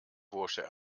bursche